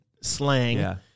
slang